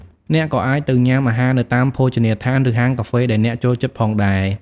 អ្នកក៏អាចទៅញ៉ាំអាហារនៅតាមភោជនីយដ្ឋានឬហាងកាហ្វេដែលអ្នកចូលចិត្តផងដែរ។